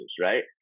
right